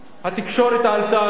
התקשורת עלתה על זה,